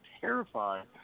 terrified